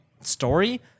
story